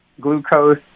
glucose